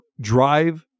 drive